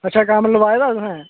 अच्छा कम्म लोआए दा तुसें